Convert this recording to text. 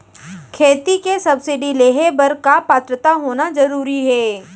खेती के सब्सिडी लेहे बर का पात्रता होना जरूरी हे?